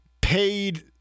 paid